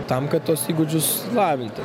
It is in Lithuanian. tam kad tuos įgūdžius lavinti